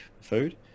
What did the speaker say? food